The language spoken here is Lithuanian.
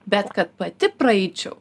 bet kad pati praeičiau